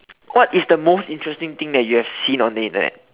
what is the most interesting thing that you have seen on the Internet